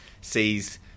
sees